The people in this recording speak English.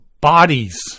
Bodies